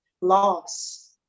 loss